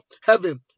heaven